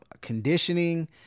conditioning